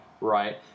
right